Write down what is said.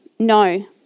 No